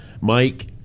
mike